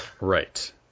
Right